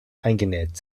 eingenäht